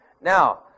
Now